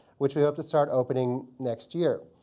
which we hope to start opening next year.